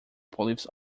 police